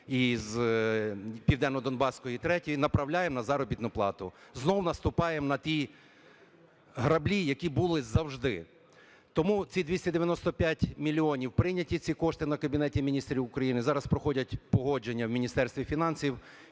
із "Південнодонбаської № 3", направляємо на заробітну плату, знову наступаємо на ті граблі, які були завжди. Тому ці 295 мільйонів прийняті, ці кошти, на Кабінеті Міністрів України. Зараз проходять погодження у Міністерстві фінансів